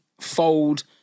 fold